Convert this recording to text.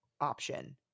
option